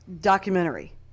documentary